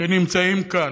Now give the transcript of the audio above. שנמצאים כאן,